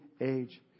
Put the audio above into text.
age